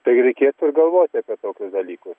tai reikėtų ir galvoti apie tokius dalykus